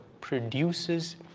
produces